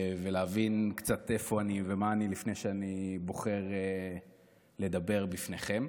ולהבין קצת איפה אני ומה אני לפני שאני בוחר לדבר בפניכם.